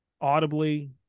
audibly